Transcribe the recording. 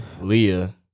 Leah